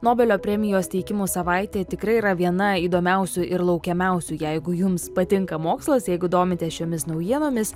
nobelio premijos teikimų savaitė tikrai yra viena įdomiausių ir laukiamiausių jeigu jums patinka mokslas jeigu domitės šiomis naujienomis